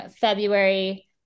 February